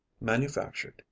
manufactured